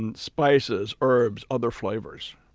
and spices, herbs, other flavors?